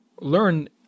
learn